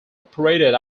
operated